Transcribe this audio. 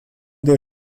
der